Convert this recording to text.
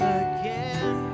again